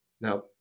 Now